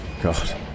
god